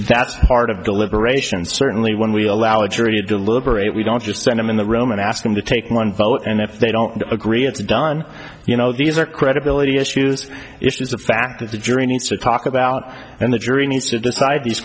that's part of deliberations certainly when we allow a jury a deliberate we don't just send them in the room and ask them to take one vote and if they don't agree it's done you know these are credibility issues issues the fact that the jury needs to talk about and the jury needs to decide these